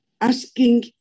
asking